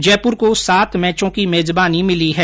जयपुर को सात मैचों की मेजबानी मिली है